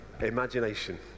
Imagination